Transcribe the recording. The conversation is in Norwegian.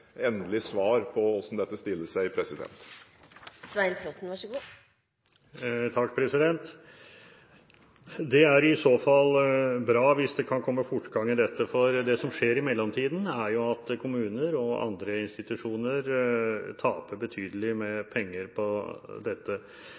så fall bra hvis man kan få fortgang i dette, for det som skjer i mellomtiden, er at kommuner og andre institusjoner taper betydelig med